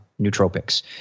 nootropics